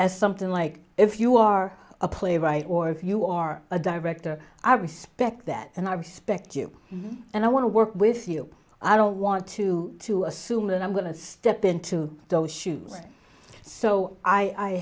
as something like if you are a playwright or if you are a director i respect that and i respect you and i want to work with you i don't want to to assume and i'm going to step into those shoes so i